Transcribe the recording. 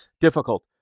difficult